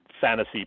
fantasy